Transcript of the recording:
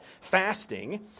fasting